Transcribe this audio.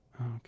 Okay